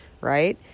right